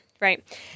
right